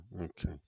Okay